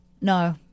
No